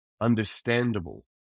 understandable